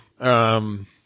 Um-